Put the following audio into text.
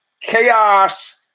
Chaos